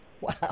Wow